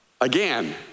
Again